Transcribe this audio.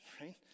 right